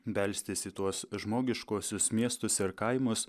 belstis į tuos žmogiškuosius miestus ir kaimus